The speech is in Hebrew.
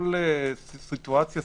כל מצב ספציפי,